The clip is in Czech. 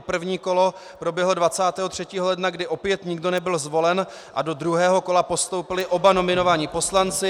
První kolo proběhlo 23. ledna, kdy opět nikdo nebyl zvolen, a do druhého kola postoupili oba nominovaní poslanci.